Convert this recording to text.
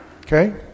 Okay